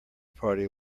party